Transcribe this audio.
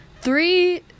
Three